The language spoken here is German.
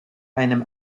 einem